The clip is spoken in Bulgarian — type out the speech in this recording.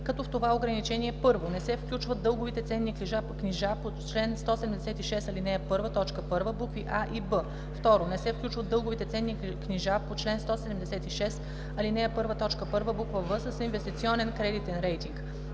като в това ограничение: 1. не се включват дълговите ценни книжа по чл. 176, ал. 1, т. 1, букви „а” и „б”; 2. не се включват дълговите ценни книжа по чл. 176, ал. 1, т. 1, буква „в” с инвестиционен кредитен рейтинг;